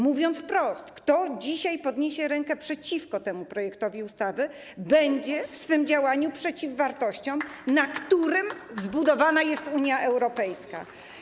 Mówiąc wprost, kto dzisiaj podniesie rękę przeciwko temu projektowi ustawy, będzie w swym działaniu przeciw wartościom, w oparciu o które zbudowana jest Unia Europejska.